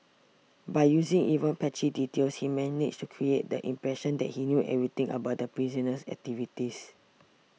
by using even patchy details he managed to create the impression that he knew everything about the prisoner's activities